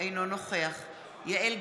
אינו נוכח יעל גרמן,